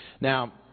Now